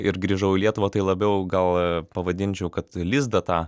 ir grįžau į lietuvą tai labiau gal pavadinčiau kad lizdą tą